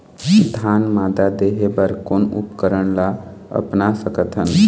धान मादा देहे बर कोन उपकरण ला अपना सकथन?